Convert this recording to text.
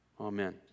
Amen